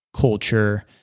culture